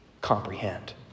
comprehend